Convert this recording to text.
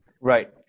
Right